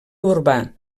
urbà